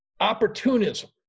opportunism